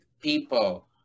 people